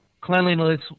Cleanliness